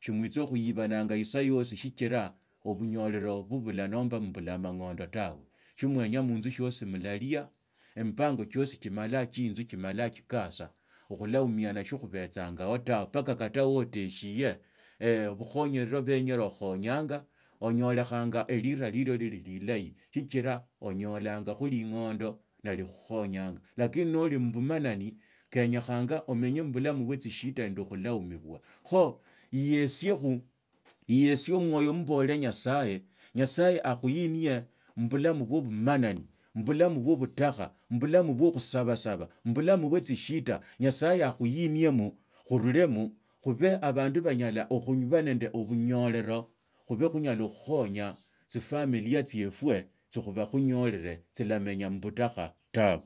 si mwifsa thsibanga isaa yosi sichira obunyarero mubula nomba mbula amangi’anda tawi, shiomwenya munzu, shiosi mulalia emipango chiasi chimala chikopa, okhulaumiana, si kubetsangaho tausa mpaka kata woolashi ye, bukhonyera bwenyere khukhonyanga ling’ondo ni likhukhonyanga lajini noli na msibanani kenyekhanga umenye mubulamu busi tshishida nanda khulaumbiswa. Kho, iyetsiokho, iyetsie, mwoyo mbuli nyasaye, nyasaye akhunye mubulamu bwo mumanani, mubulamu bwa butakha, mubulamu bwa khusabasaba mubulamu bwe tsishida nyasaye akhuiniema khusulema khube abandu banyala khuba nanda obunyelela, khubi khunyala khukhonya tsiramilia tsiofwe, tsikhuba khunyorire tsilaminya mubutakha tawe.